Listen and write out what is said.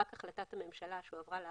החלטת הממשלה שעברה לאחרונה,